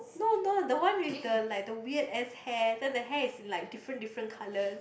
no no the one with the like the weird ass hair then the hair is like different different colours